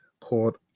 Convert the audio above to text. Called